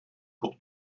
pour